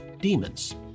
Demons